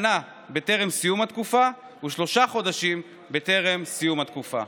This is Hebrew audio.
שנה בטרם סיום התקופה ושלושה חודשים בטרם סיום התקופה.